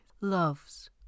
loves